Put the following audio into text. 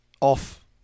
Off